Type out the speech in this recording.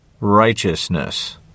righteousness